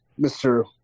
Mr